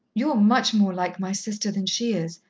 you're much more like my sister than she is,